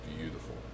beautiful